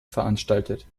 veranstaltet